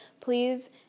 Please